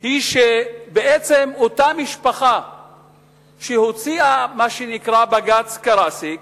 היא שבעצם אותה משפחה שהוציאה את מה שנקרא "בג"ץ קרסיק",